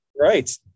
right